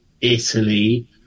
italy